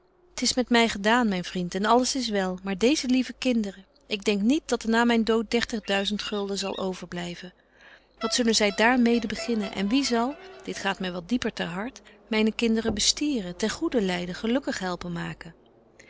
t is met my gedaan myn vriend en alles is wel maar deeze lieve kinderen ik denk niet dat er na myn dood zal overblyven wat zullen zy daar mede beginnen en wie zal dit gaat my wat dieper ter hart myne kinderen bestieren ten goeden leiden gelukkig helpen maken